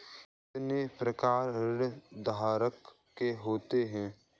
कितने प्रकार ऋणधारक के होते हैं?